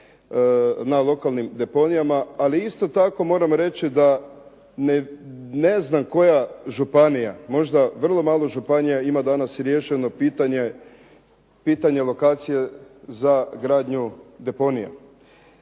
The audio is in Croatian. na lokalnim deponijama, ali isto tako moram reći da ne znam koja županija, možda vrlo malo županija ima danas riješeno pitanje lokacije za gradnju deponija.